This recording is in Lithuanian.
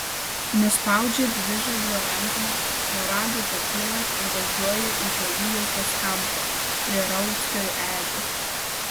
nuspaudžia dvižagrio rankeną noragai pakyla ir važiuoja į galulaukės kampą prie rauckio ežios